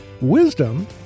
Wisdom